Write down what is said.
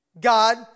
God